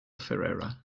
ferrara